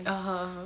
(uh huh) (uh huh)